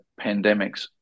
Pandemics